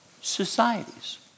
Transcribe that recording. societies